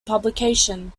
publication